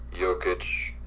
Jokic